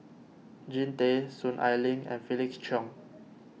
Jean Tay Soon Ai Ling and Felix Cheong